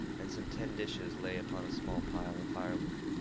and some tin dishes lay upon a small pile of firewood.